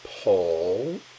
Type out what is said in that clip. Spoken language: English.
Paul